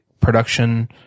production